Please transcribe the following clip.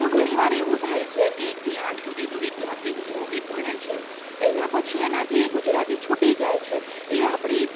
તો ઘણી વાર એવું થાય છે કે એકથી આઠ સુધી તો વિદ્યાર્થી ગુજરાતી ભણે છે એના પછી એનાથી ગુજરાતી છૂટી જાય છે એ આપણી